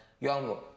Yo